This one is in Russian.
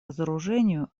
разоружению